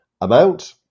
amount